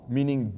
Meaning